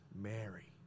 Mary